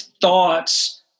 thoughts